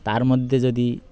তার মধ্যে যদি